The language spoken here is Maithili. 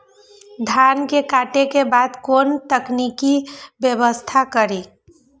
धान के काटे के बाद कोन तकनीकी व्यवस्था करी?